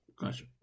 Gotcha